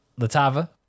Latava